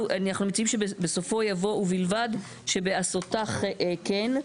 אנחנו מציעים שבסופו יבוא: "ובלבד שבעשותה כן,